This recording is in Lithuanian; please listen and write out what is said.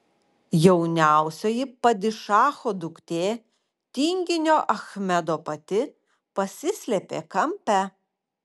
jauniausioji padišacho duktė tinginio achmedo pati pasislėpė kampe